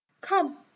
come